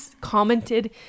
commented